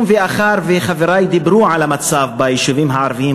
מאחר שחברי דיברו על המצב ביישובים הערביים,